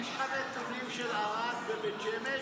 יש לך את הנתונים של ערד ובית שמש?